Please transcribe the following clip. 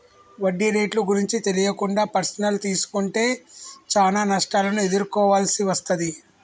వడ్డీ రేట్లు గురించి తెలియకుండా పర్సనల్ తీసుకుంటే చానా నష్టాలను ఎదుర్కోవాల్సి వస్తది